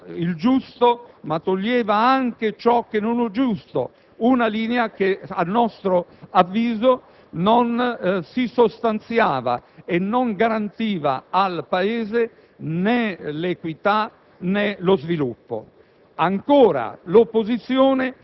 radicale, che toglieva il giusto, ma che toglieva anche ciò che non è giusto; una linea che, a nostro avviso, non si sostanziava e non garantiva al Paese né l'equità né lo sviluppo.